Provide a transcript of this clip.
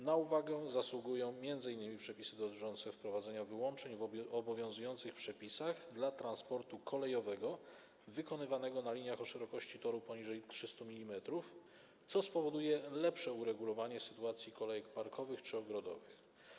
Na uwagę zasługują m.in. przepisy dotyczące wprowadzenia wyłączeń w obowiązujących przepisach dla transportu kolejowego wykonywanego na liniach o szerokości toru poniżej 300 mm, co spowoduje lepsze uregulowanie sytuacji kolejek parkowych czy ogrodowych.